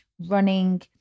Running